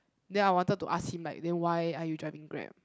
then I wanted to ask him like then why are you driving Grab